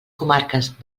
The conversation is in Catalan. comarques